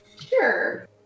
Sure